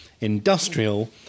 industrial